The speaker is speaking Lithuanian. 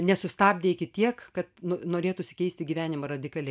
nesustabdė iki tiek kad no norėtųsi keisti gyvenimą radikaliai